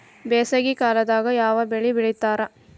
ಬ್ಯಾಸಗಿ ಕಾಲದಾಗ ಯಾವ ಬೆಳಿ ಬೆಳಿತಾರ?